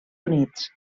units